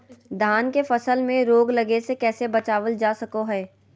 धान के फसल में रोग लगे से कैसे बचाबल जा सको हय?